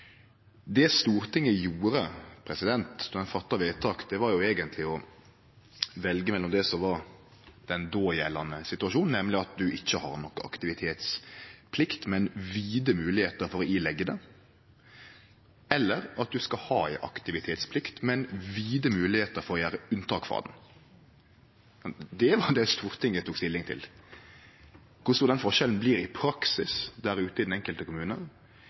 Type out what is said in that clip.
Det Stortinget gjorde då ein fatta vedtak, var eigentleg å velje mellom det som var den dågjeldande situasjonen, nemleg at ein ikkje har noka aktivitetsplikt, men vide moglegheiter til å påleggje det, og at ein skal ha ei aktivitetsplikt, men vide moglegheiter for å gjere unntak frå ho. Det var det Stortinget tok stilling til. Kor stor den forskjellen blir i praksis, der ute i den enkelte